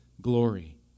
glory